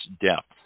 depth